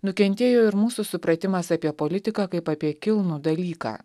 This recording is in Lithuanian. nukentėjo ir mūsų supratimas apie politiką kaip apie kilnų dalyką